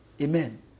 Amen